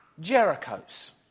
Jerichos